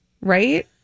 Right